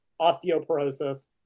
osteoporosis